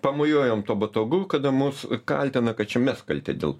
pamojuojam tuo botagu kada mus kaltina kad čia mes kalti dėl